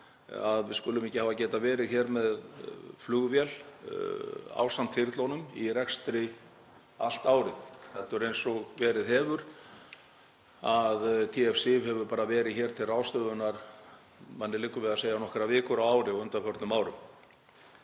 að við skulum ekki hafa getað verið hér með flugvél ásamt þyrlunum í rekstri allt árið heldur eins og verið hefur að T-SIF hefur bara verið til ráðstöfunar, manni liggur við að segja nokkrar vikur á ári á undanförnum árum.